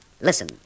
Listen